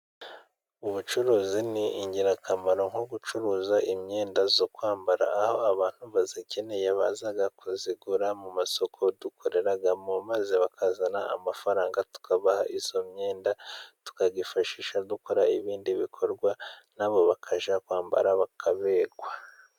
Ubucuruzi ni ingirakamaro nko gucuruza imyenda yo kwambara, aho abantu bayikeneye baza kuyigura mu masoko dukoreramo maze bakazana amafaranga tukabaha iyo myenda. Tukayifashisha dukora ibindi bikorwa nabo bakajya kwambara bakaberwa.